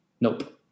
Nope